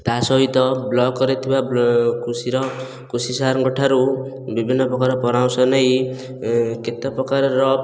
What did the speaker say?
ତା' ସହିତ ବ୍ଲକରେ ଥିବା କୃଷିର କୃଷି ସାରଙ୍କ ଠାରୁ ବିଭିନ୍ନ ପ୍ରକାର ପରାମର୍ଶ ନେଇ କେତେ ପ୍ରକାରର